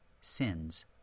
sins